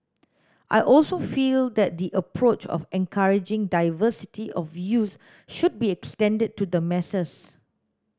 I also feel that the approach of encouraging diversity of views should be extended to the masses